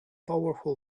powerful